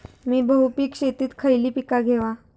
मी बहुपिक शेतीत खयली पीका घेव?